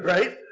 Right